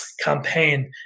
campaign